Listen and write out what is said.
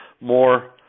more